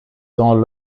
dans